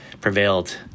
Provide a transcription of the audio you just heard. prevailed